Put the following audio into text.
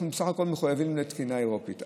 אנחנו מחויבים לתקינה האירופית.